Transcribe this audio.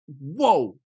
whoa